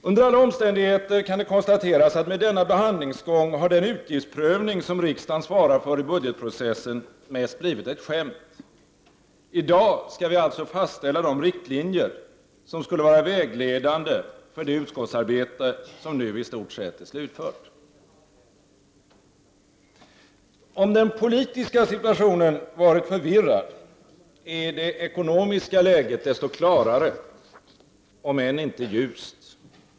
Under alla omständigheter kan det konstateras att med denna behandlingsgång har den utgiftsprövning som riksdagen svarar för i budgetprocessen mest blivit ett skämt. I dag skall vi alltså fastställa de riktlinjer som skulle vara vägledande för det utskottsarbete som nu i stort sett är slutfört. Om den politiska situationen varit förvirrad, är det ekonomiska läget desto klarare, om än inte ljust.